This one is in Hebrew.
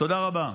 תודה רבה.